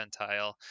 percentile